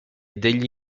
degli